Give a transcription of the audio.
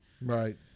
Right